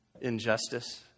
Injustice